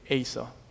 Asa